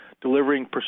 Delivering